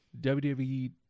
WWE